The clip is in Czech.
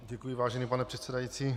Děkuji, vážený pane předsedající.